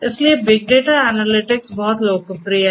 इसलिए big data analytics बहुत लोकप्रिय हैं